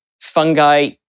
fungi